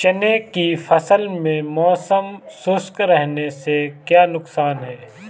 चने की फसल में मौसम शुष्क रहने से क्या नुकसान है?